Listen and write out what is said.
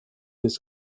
his